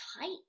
tight